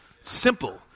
Simple